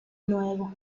nuevo